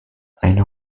eine